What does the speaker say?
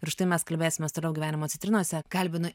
ir užtai mes kalbėsimės toliau gyvenimo citrinose kalbinu